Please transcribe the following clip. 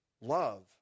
love